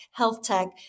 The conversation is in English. healthtech